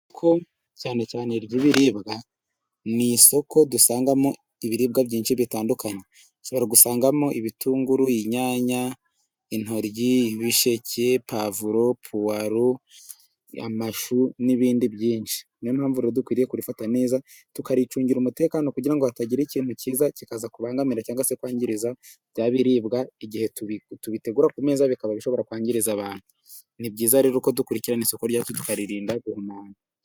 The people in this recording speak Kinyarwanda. Isoko cyane cyane ry'ibiribwa, n'isoko dusangamo ibiribwa byinshi bitandukanye, ushobora gusangamo: ibitunguru n'inyanya, intoryi, ibisheke, pavuro, puwaro amashu n'ibindi byinshi. Niyo mpamvu rero dukwiye kurifata neza tukaricungira umutekano kugira ngo hatagira ikintu kiza kitaza kubangamira cyangwa se kwangiza bya biribwa, igihe tubitegura ku meza bikaba bishobora kwangiza abantu. Ni byiza rero ko dukurikirana isoko ryacu tukaririnda.